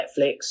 Netflix